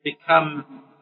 become